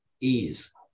ease